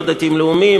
דתיים לאומיים,